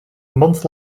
month